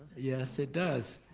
yes, it does.